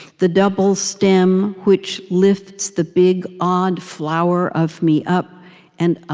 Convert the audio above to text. the double stem which lifts the big odd flower of me up and up.